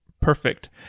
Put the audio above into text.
Perfect